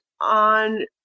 on